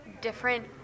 different